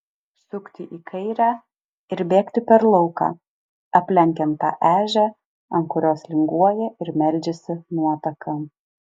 sukti į kairę ir bėgti per lauką aplenkiant tą ežią ant kurios linguoja ir meldžiasi nuotaka